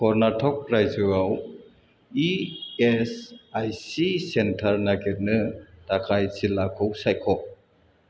कर्नाटक रायजोआव E SIC centre नागिरनो थाखाय जिल्लाखौ सायख'